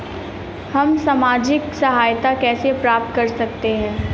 हम सामाजिक सहायता कैसे प्राप्त कर सकते हैं?